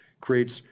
creates